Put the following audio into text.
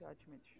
judgment